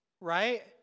right